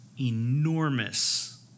enormous